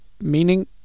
meaning